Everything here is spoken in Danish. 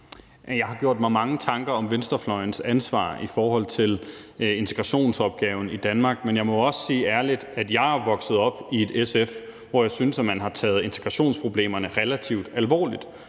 Jeg har gjort mig mange tanker om venstrefløjens ansvar i forhold til integrationsopgaven i Danmark. Men jeg må også sige ærligt, at jeg er vokset op i et SF, hvor jeg synes at man har taget integrationsproblemerne relativt alvorligt.